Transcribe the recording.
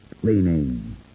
cleaning